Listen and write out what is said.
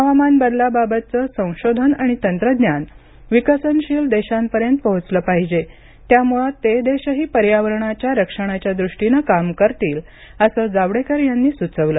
हवामान बदलाबाबतचं संशोधन आणि तंत्रज्ञान विकसनशील देशांपर्यंत पोहोचलं पाहिजे त्यामुळे ते देशही पर्यावरण रक्षणाच्या दृष्टीने काम करतील असं जावडेकर यांनी सुचवलं